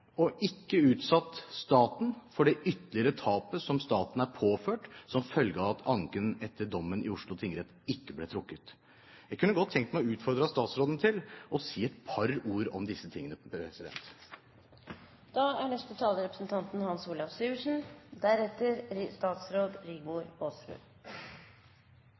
og ikke utsatt staten for det ytterligere tapet som staten er påført som følge av at anken etter dommen i Oslo tingrett ikke ble trukket. Jeg kunne godt tenke meg å utfordre statsråden til å si et par ord om disse tingene. Det er